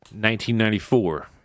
1994